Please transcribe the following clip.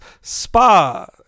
SPA